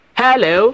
hello